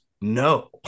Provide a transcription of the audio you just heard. no